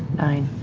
nine.